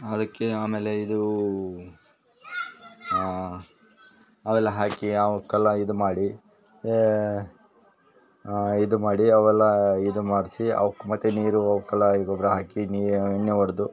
ಅದಕ್ಕೆ ಆಮೇಲೆ ಇದು ಅವೆಲ್ಲ ಹಾಕಿ ಅವಕ್ಕೆಲ್ಲ ಇದು ಮಾಡಿ ಇದು ಮಾಡಿ ಅವೆಲ್ಲ ಇದು ಮಾಡಿಸಿ ಅವ್ಕೆ ಮತ್ತು ನೀರು ಅವ್ಕೆಲ್ಲ ಗೊಬ್ಬರ ಹಾಕಿ ನೀ ಎಣ್ಣೆ ಹೊಡೆದು